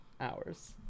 Hours